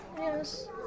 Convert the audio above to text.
yes